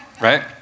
right